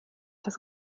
das